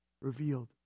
revealed